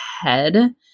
head